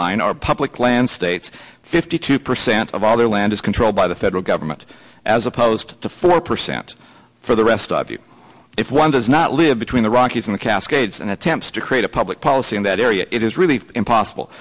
line are public land states fifty two percent of all their land is controlled by the federal government as opposed to four percent for the rest of you if one does not live between the rockies and the cascades and attempts to create a public policy in that area it is really impossible